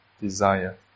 desire